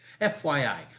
FYI